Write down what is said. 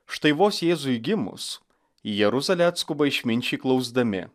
štai vos jėzui gimus į jeruzalę atskuba išminčiai klausdami